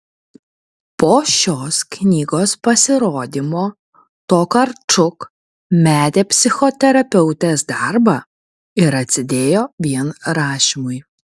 po šios knygos pasirodymo tokarčuk metė psichoterapeutės darbą ir atsidėjo vien rašymui